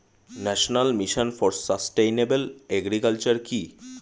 National mission for sustainable agriculture কি?